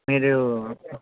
మీరు